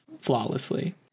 flawlessly